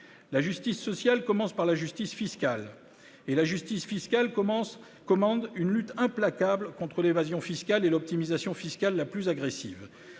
La justice sociale commence par la justice fiscale. Et la justice fiscale commande une lutte implacable contre l'évasion fiscale et l'optimisation fiscale la plus agressive.